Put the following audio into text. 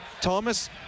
Thomas